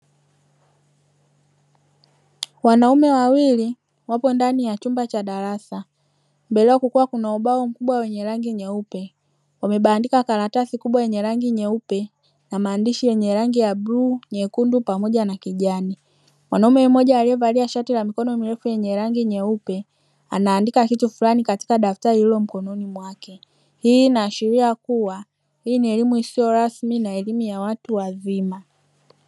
Wanaume wawili wapo ndani ya chumba cha darasa mbele kukiwa kuna ubao mkubwa wenye rangi nyeupe wamebandika karatasi kubwa yenye rangi nyeupe na maandishi yenye rangi ya bluu, nyekundu pamoja na kijani, mwanaume mmoja aliye valia shati la mikono mirefu lenye rangi nyeupe anaandika kitu fulani katika daftari lililo mkononi mwake, hii inaashiria kuwa hii ni elimu isiyo rasmi na elimu ya watu wazima.